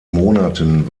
monaten